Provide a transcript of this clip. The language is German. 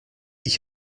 ich